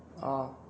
orh